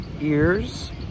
ears